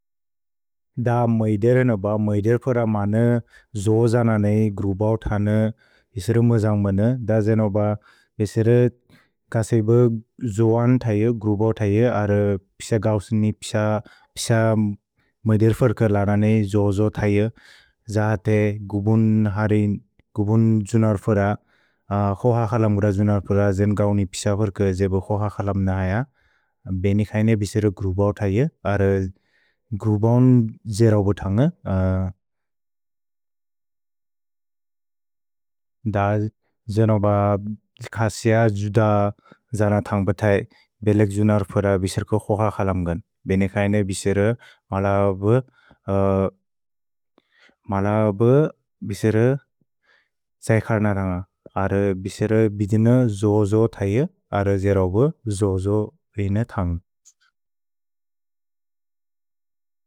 द मैदेर न ब, मैदेर् फर मन जोज ननेइ, ग्रुब ओतने पिसेर म जम्बन। द जेन ब, पिसेर कसेब जोअन् तैअ, ग्रुब ओतैअ, अर् पिस गौसनि पिस, पिस मैदेर् फर कर् लन ननेइ, जोजो तैअ। जहते गुबुन् हरिन्, गुबुन् जुनर् फर, क्सोह क्सलम् गुर जुनर् फर, जेन गौनि पिस फर कर् जेब क्सोह क्सलम् न अय। भेने कैने पिसेर ग्रुब ओतैअ, अर् ग्रुब ओन् जेर ओबु तन्ग। द जेन ब, कसेब जुद जन तन्ग बेतै, बेलेक् जुनर् फर, पिसेर कु क्सोह क्सलम् गन्। भेने कैने पिसेर मल ओबु, मल ओबु पिसेर त्सैखर् नन तन्ग। अर् पिसेर बिदिन जोजो ओतैअ, अर् जेर ओबु जोजो इन तन्ग।